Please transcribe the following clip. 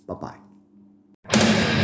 Bye-bye